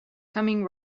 coming